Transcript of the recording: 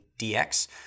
DX